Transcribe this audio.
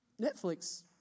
Netflix